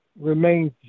remains